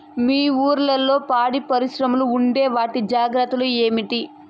మీ ఊర్లలో పాడి పరిశ్రమలు ఉంటే వాటి జాగ్రత్తలు ఏమిటి